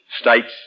States